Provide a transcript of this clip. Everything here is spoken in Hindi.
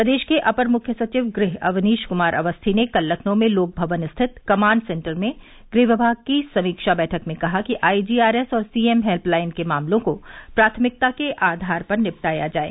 प्रदेश के अपर मुख्य सचिव गृह अवनीश कुमार अवस्थी ने कल लखनऊ में लोक भवन स्थित कमांड सेन्टर में गृह विभाग की समीक्षा बैठक में कहा कि आईजीआरएस और सीएम हेल्य लाइन के मामलों को प्राथमिकता के आधार पर निपटाया जाये